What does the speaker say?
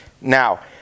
Now